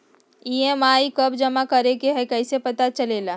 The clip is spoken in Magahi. ई.एम.आई कव जमा करेके हई कैसे पता चलेला?